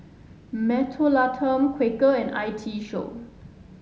Mentholatum Quaker and I T Show